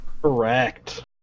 Correct